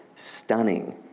Stunning